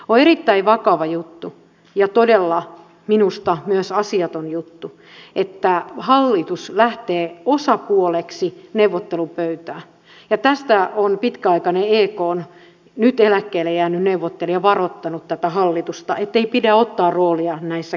on erittäin vakava juttu ja todella minusta myös asiaton juttu että hallitus lähtee osapuoleksi neuvottelupöytään ja tästä on pitkäaikainen ekn nyt eläkkeelle jäänyt neuvottelija varoittanut tätä hallitusta ettei pidä ottaa roolia näissä keskusteluissa